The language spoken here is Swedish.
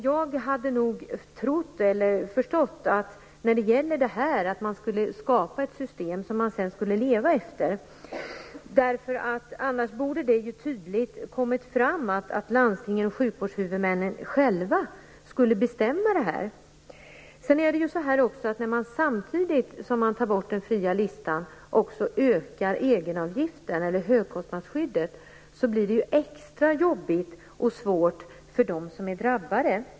Jag hade nog trott att man i det här fallet skulle skapa ett system som man sedan skulle leva efter. Annars borde det ju tydligt ha framgått att landstingen och sjukvårdshuvudmännen själva skulle bestämma det här. Det är ju också så att när man ökar högkostnadsskyddet samtidigt som man tar bort den fria listan blir det extra jobbigt och svårt för dem som är drabbade.